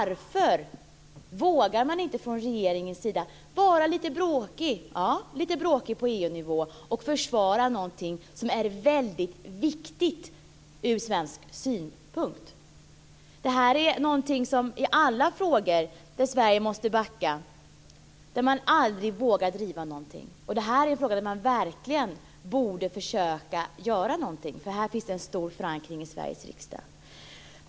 Varför vågar man inte från regeringens sida vara lite bråkig - ja, lite bråkig - på EU-nivå och försvara något som är väldigt viktigt ur svensk synpunkt? Det här är något som gäller alla frågor där Sverige måste backa, där man aldrig vågar driva något. Det här är en fråga där man verkligen borde försöka göra något, för här finns det en stor förankring i Sveriges riksdag.